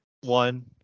one